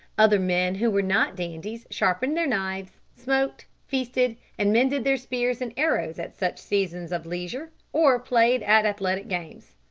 other men who were not dandies sharpened their knives, smoked, feasted, and mended their spears and arrows at such seasons of leisure, or played at athletic games.